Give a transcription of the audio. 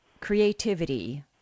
creativity